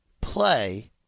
play